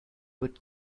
would